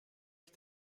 ich